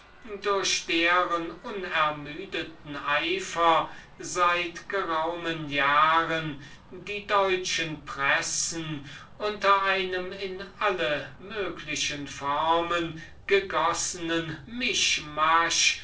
durch deren unermüdeten eifer seit geraumen jahren die deutschen pressen unter einem in alle mögliche formen gegossenen mischmasch